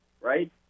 right